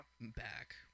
Back